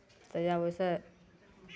तऽ जब ओहिसँ